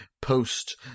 post